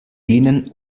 bienen